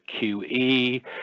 QE